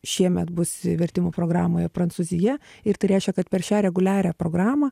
šiemet bus vertimų programoje prancūzija ir tai reiškia kad per šią reguliarią programą